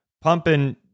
pumping